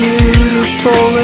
beautiful